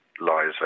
lies